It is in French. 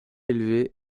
élevée